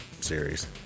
series